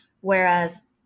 Whereas